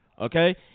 Okay